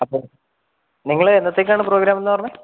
അപ്പം നിങ്ങൾ എന്നത്തേക്കാണ് പ്രോഗ്രാം എന്നാണ് പറഞ്ഞത്